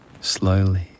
slowly